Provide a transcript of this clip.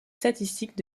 statistiques